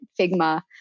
Figma